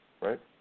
right